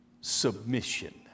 submission